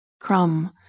Crumb